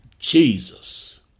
Jesus